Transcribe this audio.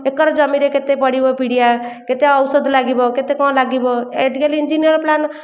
acre ଜମିରେ କେତେ ପଡ଼ିବ ପିଡ଼ିଆ କେତେ ଔଷଧ ଲାଗିବ କେତେ କ'ଣ ଲାଗିବ ଆଜି କାଲି ଇଂଜିନିୟର ପ୍ଲାନ